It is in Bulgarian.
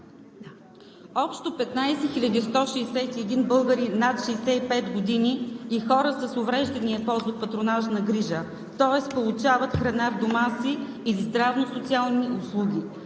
Общо 15 161 българи над 65 години и хора с увреждания ползват патронажна грижа, тоест получават храна в дома си или здравно-социални услуги,